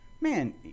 man